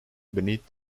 beneath